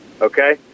okay